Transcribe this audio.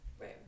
Right